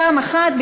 פעם אחת,